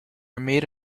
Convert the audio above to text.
made